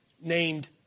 named